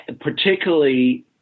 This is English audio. Particularly